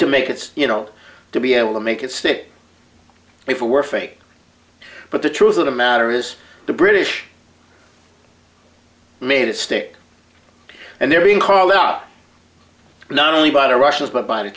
to make it you know to be able to make it stick if it were fake but the truth of the matter is the british made it stick and they're being called up not only by the russians but by the